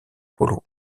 polo